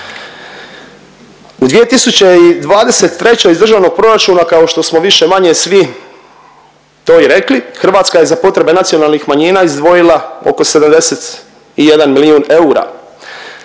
U 2023. iz državnog proračuna kao što smo više-manje svi to i rekli Hrvatska je za potrebe nacionalnih manjina izdvojila oko 71 milijun eura